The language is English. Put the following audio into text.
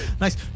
Nice